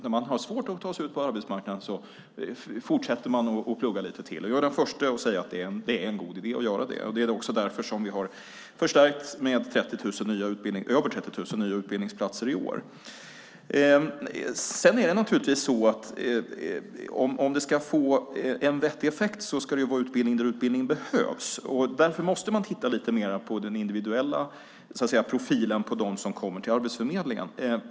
När man har svårt att ta sig ut på arbetsmarknaden fortsätter man att plugga lite till. Jag är den förste att säga att det är en god idé att göra det. Det är också därför som vi har förstärkt med över 30 000 nya utbildningsplatser i år. Sedan är det naturligtvis så att om det ska få en vettig effekt ska det vara utbildning där utbildning behövs, och därför måste man titta lite mer på den individuella profilen på dem som kommer till Arbetsförmedlingen.